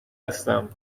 هستم